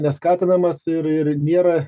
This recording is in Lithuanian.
neskatinamas ir ir nėra